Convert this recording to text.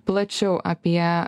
plačiau apie